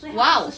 !wow!